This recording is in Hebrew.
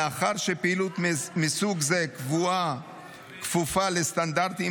מאחר שפעילות מסוג זה כפופה לסטנדרטים